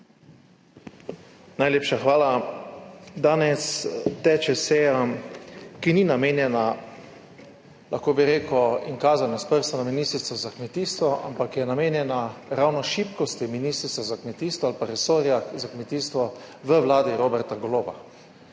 Najlepša hvala. Danes teče seja, ki ni namenjena, lahko bi rekel, in kazanj s prstom na Ministrstvo za kmetijstvo, ampak je namenjena ravno šibkosti Ministrstva za kmetijstvo ali pa resorja za kmetijstvo v vladi Roberta Goloba.